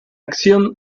acción